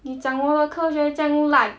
你讲我的科学这样烂